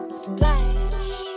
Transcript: Splash